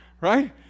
right